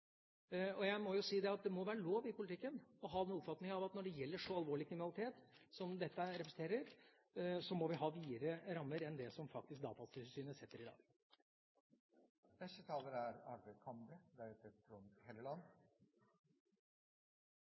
måneder. Jeg må si at det må være lov i politikken å ha den oppfatningen at når det gjelder så alvorlig kriminalitet som dette representerer, må vi ha videre rammer enn det Datatilsynet faktisk setter i dag. Når jeg velger å ta ordet nå, er